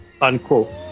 Unquote